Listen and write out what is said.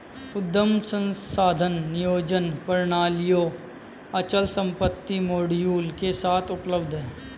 उद्यम संसाधन नियोजन प्रणालियाँ अचल संपत्ति मॉड्यूल के साथ उपलब्ध हैं